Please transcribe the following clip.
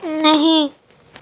نہیں